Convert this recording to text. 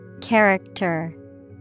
Character